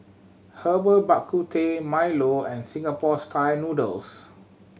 Herbal Bak Ku Teh Milo and Singapore Style Noodles